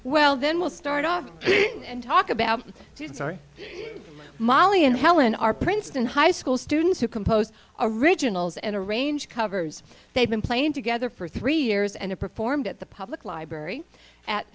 well then we'll start off and talk about sorry molly and helen are princeton high school students who compose originals and arrange covers they've been playing together for three years and performed at the public library at